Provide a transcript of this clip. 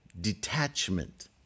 detachment